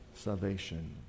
salvation